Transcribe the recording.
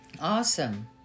Awesome